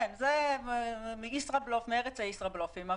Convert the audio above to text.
כן, זה ישראבלוף מארץ הישראבלופים.